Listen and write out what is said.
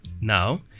Now